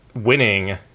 winning